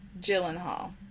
Gyllenhaal